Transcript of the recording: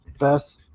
Beth